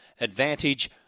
Advantage